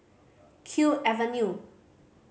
Kew Avenue